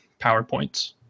PowerPoints